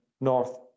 north